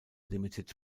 limited